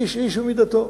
איש איש ומידתו.